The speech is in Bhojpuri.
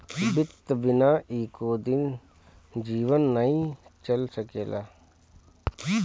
वित्त बिना एको दिन जीवन नाइ चल सकेला